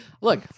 Look